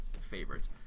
favorite